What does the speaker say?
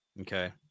Okay